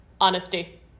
honesty